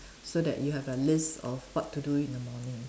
so that you have a list of what to do in the morning